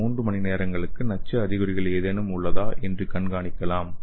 முதல் மூன்று மணிநேரங்களுக்கு நச்சு அறிகுறிகள் ஏதேனும் உள்ளதா என்று கண்காணிக்கலாம்